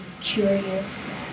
curious